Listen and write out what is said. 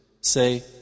Say